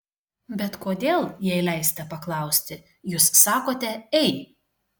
bet kodėl jei leisite paklausti jūs sakote ei